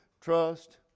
trust